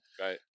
right